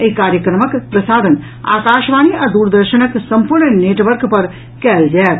एहि कार्यक्रमक प्रसारण आकाशवाणी आ दूरदर्शनक सम्पूर्ण नेटवर्क पर कयल जायत